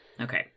Okay